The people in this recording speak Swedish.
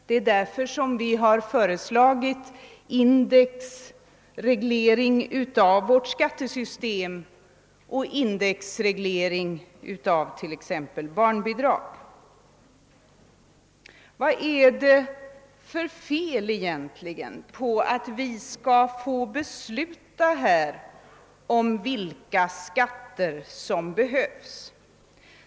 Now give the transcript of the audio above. Det är därför som vi föreslagit indexreglering av vårt skattesystem och aw t.ex. barnbidragen. Vad är det egentligen för fel på att riksdagen får besluta om vilka skatter som behövs?